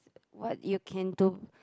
what you can do